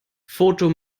foto